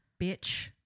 Bitch